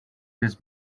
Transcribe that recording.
this